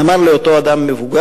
אמר לי אותו אדם מבוגר,